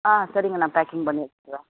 ஆ சரிங்க நான் பேக்கிங் பண்ணி வைக்கிறேன்